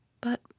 But